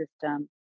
system